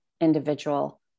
individual